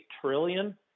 trillion